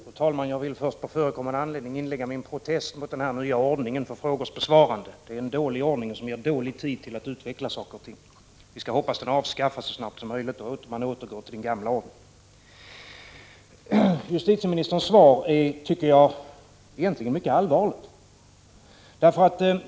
Fru talman! Jag vill först på förekommen anledning inlägga min protest mot den nya ordningen för frågors besvarande. Det är en dålig ordning som ger dåligt med tid för att utveckla saker och ting. Vi skall hoppas att den avskaffas så snart som möjligt och att man återgår till den gamla ordningen. Justitieministerns svar är, tycker jag, egentligen mycket allvarligt.